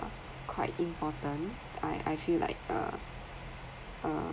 quite important I I feel like uh uh